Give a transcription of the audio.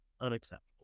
Unacceptable